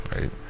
right